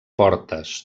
portes